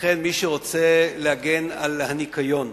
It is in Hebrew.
לכן מי שרוצה להגן על הניקיון,